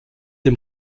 dem